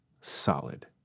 solid